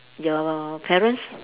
your parents